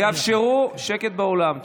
תאפשרו, שקט באולם.